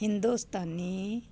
Hindustani